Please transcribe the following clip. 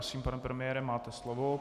Prosím, pane premiére, máte slovo.